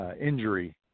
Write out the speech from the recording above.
injury